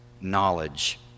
knowledge